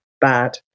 bad